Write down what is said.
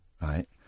Right